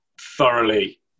thoroughly